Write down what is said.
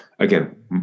Again